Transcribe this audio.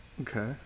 Okay